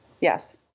Yes